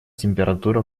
температура